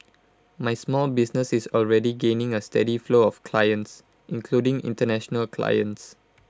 my small business is already gaining A steady flow of clients including International clients